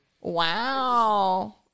Wow